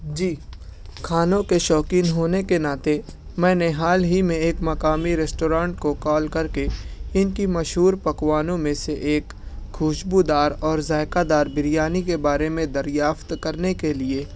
جی کھانوں کے شوقین ہونے کے ناتے میں نے حال ہی میں ایک مقامی ریسٹورانٹ کو کال کر کے ان کی ایک مشہور پکوانوں میں سے ایک خوشبودار اور ذائقہ دار بریانی کے بارے میں دریافت کرنے کے لیے